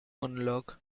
monologue